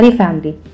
family